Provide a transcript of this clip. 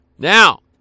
Now